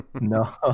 No